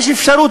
יש אפשרות,